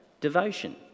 devotion